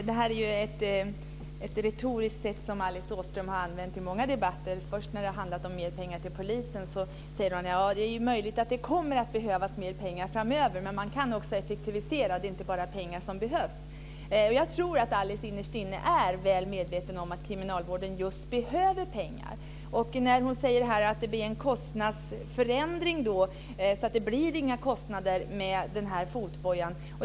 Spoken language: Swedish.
Herr talman! Det här är ett retoriskt sätt som Alice Åström har använt i många debatter. När det handlade om mer pengar till polisen sade hon att det är möjligt att det kommer att behövas mer pengar framöver, men man kan också effektivisera, det är inte bara pengar som behövs. Jag tror att Alice Åström innerst inne är väl medveten om att kriminalvården just behöver pengar. Hon säger att det blir en kostnadsförändring, att det inte blir några kostnader med fotbojan.